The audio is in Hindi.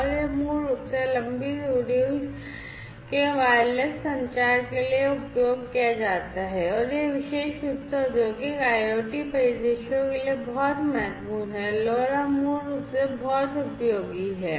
और यह मूल रूप से लंबी दूरी के वायरलेस संचार के लिए उपयोग किया जाता है और यह विशेष रूप से औद्योगिक IoT परिदृश्यों के लिए बहुत महत्वपूर्ण है LoRa मूल रूप से बहुत उपयोगी है